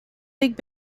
league